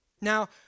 Now